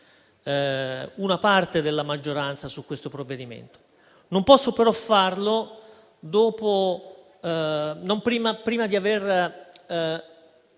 una parte della maggioranza su questo provvedimento. Non posso però farlo prima di aver